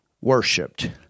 worshipped